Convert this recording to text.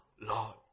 Lord